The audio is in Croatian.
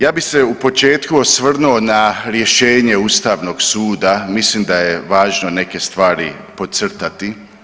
Ja bi se u početku osvrnu na rješenje ustavnog suda, mislim da je važno neke stvari podcrtati.